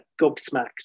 gobsmacked